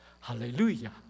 Hallelujah